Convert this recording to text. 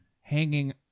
hanging